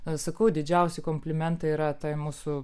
aš sakau didžiausi komplimentai yra tai mūsų